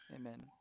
amen